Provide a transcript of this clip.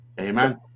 Amen